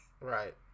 Right